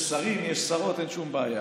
יש שרים, יש שרות, אין שום בעיה.